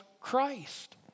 Christ